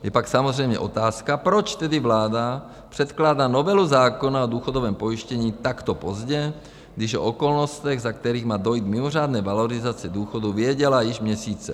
Je pak samozřejmě otázka, proč tedy vláda předkládá novelu zákona o důchodovém pojištění takto pozdě, když o okolnostech, za kterých má dojít k mimořádné valorizaci důchodů, věděla již měsíce.